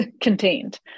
contained